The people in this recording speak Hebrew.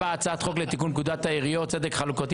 הצעת חוק לתיקון פקודת העיריות (צדק חלוקתי